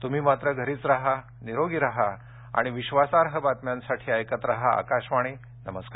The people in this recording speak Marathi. तुम्ही मात्र घरीच राहा निरोगी राहा आणि विश्वासार्ह बातम्यांसाठी ऐकत राहा आकाशवाणी नमस्कार